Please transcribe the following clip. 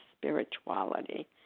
spirituality